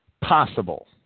possible